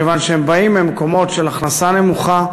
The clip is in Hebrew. מכיוון שהם באים ממקומות של הכנסה נמוכה,